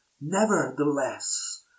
nevertheless